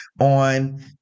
on